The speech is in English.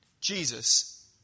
Jesus